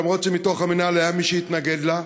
אף שמתוך המינהל היה מי שהתנגד לה,